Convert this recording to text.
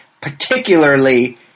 particularly